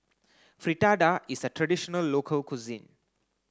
Fritada is a traditional local cuisine